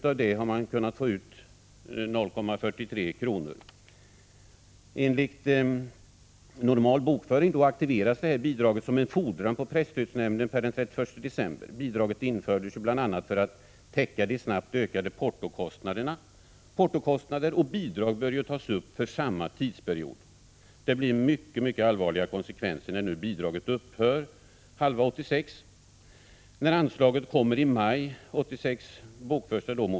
Av det har man kunnat få ut 0:43 kr. Enligt normal bokföring aktiveras bidraget som fordran på presstödsnämnden per den 31 december. Bidraget infördes bl.a. för att täcka de snabbt ökade portokostnaderna. Portokostnader och bidrag bör tas upp för samma tidsperiod. Det får mycket allvarliga konsekvenser när bidraget upphör för halva 1986.